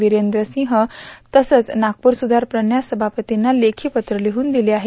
वीटेंद्रसिंग तसंच नागपूर सुधार प्रन्यास समापतीना लेखी पत्र लिहून दिले आहे